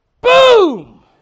boom